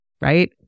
right